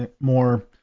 more